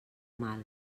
mal